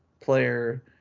player